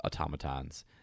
automatons